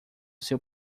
seu